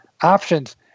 options